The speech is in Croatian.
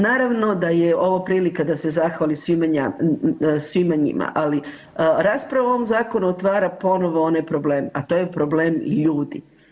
Naravno da je ovo prilika da se zahvali svima njima, ali rasprava o ovom zakonu otvara ponovno onaj problem, a to je problem ljudi.